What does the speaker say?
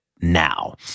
now